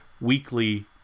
weekly